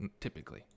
typically